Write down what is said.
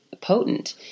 potent